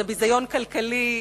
זה ביזיון כלכלי,